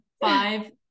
Five